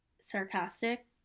sarcastic